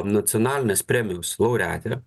nacionalinės premijos laureatė